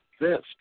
exist